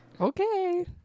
Okay